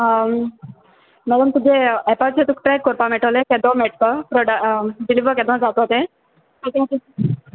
madam तुगे एपाचेर तुका ट्रॅक कोरपा मेळटोलें केदों मेट्ट तो प्रोडा डिलिव्हर केदों जातो तें